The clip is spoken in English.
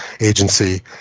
Agency